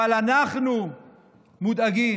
אבל אנחנו מודאגים,